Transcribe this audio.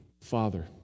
Father